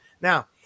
Now